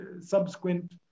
subsequent